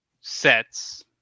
sets